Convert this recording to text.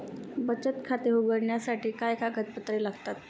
बचत खाते उघडण्यासाठी काय कागदपत्रे लागतात?